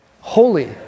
Holy